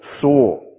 saw